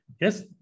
Yes